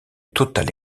totale